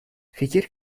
fikir